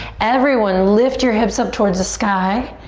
everyone lift your hips up toward the sky.